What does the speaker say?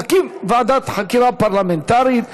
להקים ועדת חקירה פרלמנטרית.